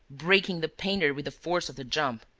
breaking the painter with the force of the jump,